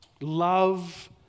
love